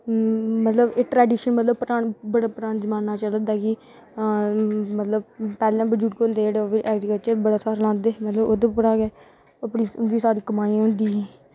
tradition मतलब बड़े पराने जमाने दा चला दा कि मतलब पैह्लें बजुर्ग होंदे हे जेह्के ओह् बड़ा सारा ऐग्रीकल्चर लांदे हे ओह्दे परा गै अपनी सारी कमाई होंदी ही